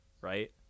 right